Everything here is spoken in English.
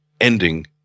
ending